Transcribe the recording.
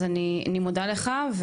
אז אני מודה לך.